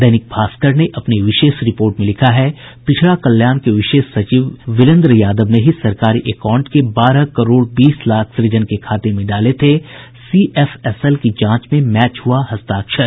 दैनिक भास्कर ने अपनी विशेष रिपोर्ट में लिखा है पिछड़ा कल्याण के विशेष सचिव बीरेन्द्र यादव ने ही सरकारी एकाउंट के बारह करोड़ बीस लाख सूजन के खाते में डाले थे सीएफएसएल जांच में मैच हुआ हस्ताक्षर